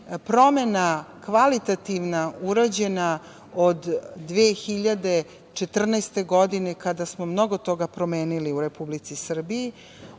promena kvalitativna urađena od 2014. godine, kada smo mnogo toga promenili u Republici Srbiji